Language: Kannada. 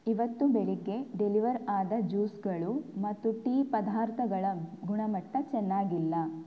ಇವತ್ತು ಬೆಳಗ್ಗೆ ಡೆಲಿವರ್ ಆದ ಜ್ಯೂಸ್ಗಳು ಮತ್ತು ಟೀ ಪದಾರ್ಥಗಳ ಗುಣಮಟ್ಟ ಚೆನ್ನಾಗಿಲ್ಲ